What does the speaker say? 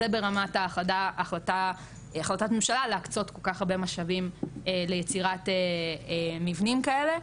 זה ברמת החלטת ממשלה להקצות כל כך הרבה משאבים ליצירת מבנים כאלה.